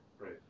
Right